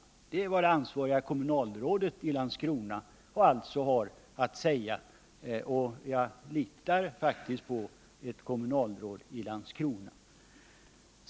Det är alltså vad det ansvariga kommunalrådet i Landskrona har att säga, och jag litar faktiskt på ett kommunalråd i Landskrona.